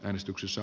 äänestyksessä